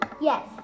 Yes